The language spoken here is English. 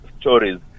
stories